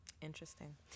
Interesting